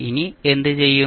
ഇനി എന്തു ചെയ്യും